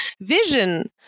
vision